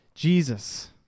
Jesus